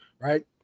Right